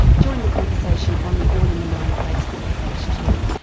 join the conversation on the all in the mind facebook page too,